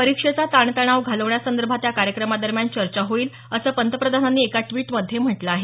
परीक्षेचा ताणतणाव घालवण्यासंदर्भात या कार्यक्रमादरम्यान चर्चा होईल असं पंतप्रधानांनी एका ट्विट मध्ये म्हटलं आहे